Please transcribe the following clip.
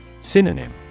Synonym